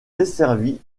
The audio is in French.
desservis